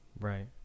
Right